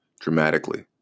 dramatically